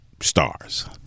stars